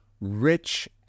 rich